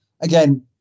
Again